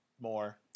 more